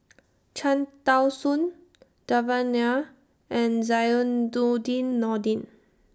Cham Tao Soon Devan Nair and Zainudin Nordin